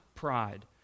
pride